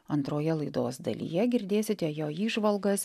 antroje laidos dalyje girdėsite jo įžvalgas